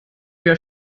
wir